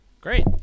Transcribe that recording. Great